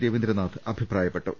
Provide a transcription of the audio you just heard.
ര വീന്ദ്രനാഥ് അഭിപ്രായപ്പെട്ടു